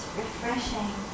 refreshing